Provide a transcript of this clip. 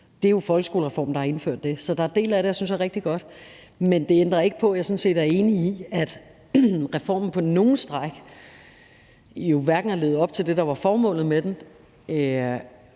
Det er jo folkeskolereformen, der har indført det. Så der er dele af det, som jeg synes er rigtig gode. Men det ændrer ikke ved, at jeg sådan set er enig i, at reformen på nogle stræk ikke har levet op til det, der var formålet med den,